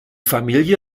familie